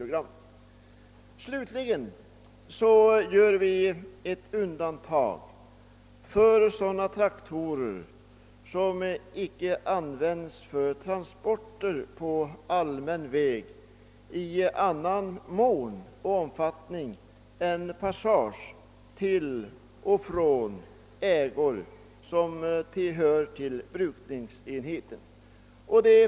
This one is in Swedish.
Vi föreslår slutligen helt undantag från skatt för traktorer som icke används för transporter på allmän väg annat än för passage till och från ägor som hör till brukningsenheten.